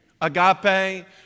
Agape